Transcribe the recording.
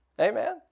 Amen